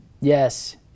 Yes